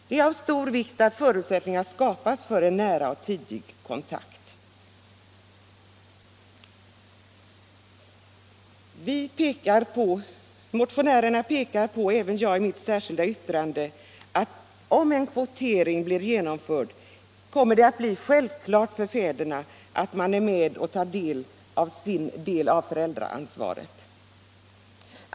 Det är av stor vikt för förutsättningarna att skapa en nära och tidig kontakt. Motionärerna pekar på — och även jag i mitt särskilda yttrande — att om en kvotering blir genomförd kommer det att vara självklart för fäderna att de tar sin del av föräldraansvaret.